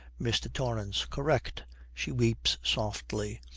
mr. torrance. correct. she weeps softly.